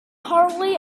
hardly